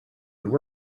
would